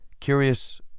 curious